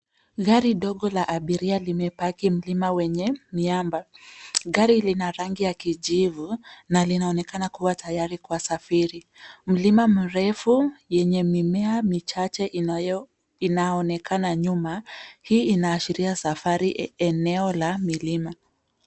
Gari ndogo la abiria limebaki mzima wenye miamba. Gari lina rangi ya kijivu na linaonekana kuwa tayari kuwasafiri. Mlima mrefu yenye mimea michache inaonekana nyuma hii inaashiria safari eneo la milima.